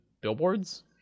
billboards